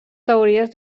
teories